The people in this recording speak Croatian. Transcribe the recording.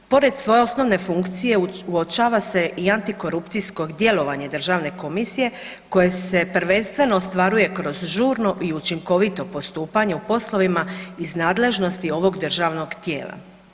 Pored svoje osnovne funkcije, uočava se i antikorupcijsko djelovanje Državne komisije koje se prvenstveno ostvaruje kroz žurno i učinkovito postupanje u poslovima iz nadležnosti ovog državnog tijela.